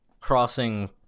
crossing